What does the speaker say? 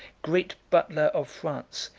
great butler of france,